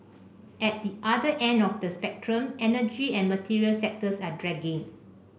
at the other end of the spectrum energy and material sectors are dragging